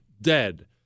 Dead